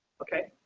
okay.